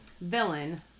villain